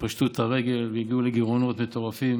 שפשטו את הרגל והגיעו לגירעונות מטורפים